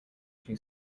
two